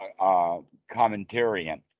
commentarian